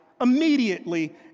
immediately